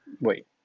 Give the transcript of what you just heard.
wait